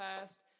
first